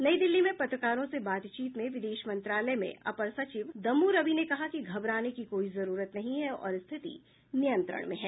नई दिल्ली में पत्रकारों से बातचीत में विदेश मंत्रालय में अपर सचिव दम्मू रवि ने कहा कि घबराने की कोई जरूरत नहीं है और स्थिति नियंत्रण में है